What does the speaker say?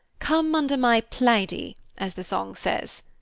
come under my plaiddie as the song says.